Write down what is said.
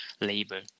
labor